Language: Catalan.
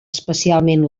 especialment